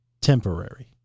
temporary